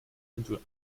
into